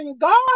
God